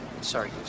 Sorry